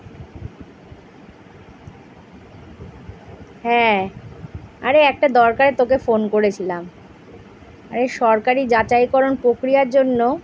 হ্যাঁ আরে একটা দরকারে তোকে ফোন করেছিলাম আরে সরকারি যাচাইকরণ প্রক্রিয়ার জন্য